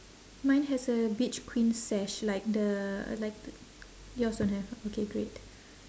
mine has a beach queen sash like the like yours don't have okay great